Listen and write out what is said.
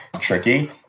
tricky